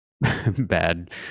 bad